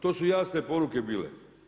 To su jasne poruke bile.